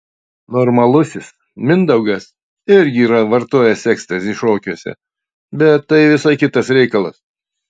normalusis mindaugas irgi yra vartojęs ekstazį šokiuose bet tai visai kitas reikalas